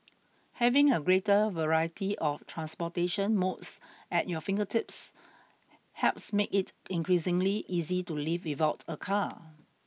having a greater variety of transportation modes at your fingertips helps make it increasingly easy to live without a car